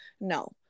No